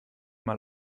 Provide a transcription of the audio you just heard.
mal